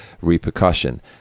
repercussion